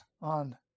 on